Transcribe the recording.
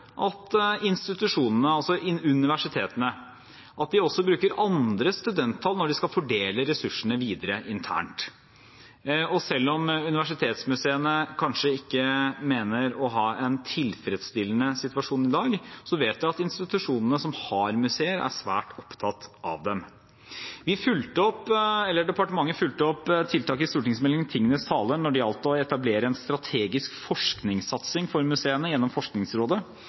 at institusjonene, altså universitetene, også bruker andre studenttall når de skal fordele ressursene videre internt. Og selv om universitetsmuseene kanskje ikke mener å ha en tilfredsstillende situasjon i dag, vet vi at institusjonene som har museer, er svært opptatt av dem. Departementet fulgte opp tiltak i stortingsmeldingen Tingenes tale når det gjaldt å etablere en strategisk forskningssatsing for museene gjennom Forskningsrådet.